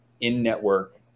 in-network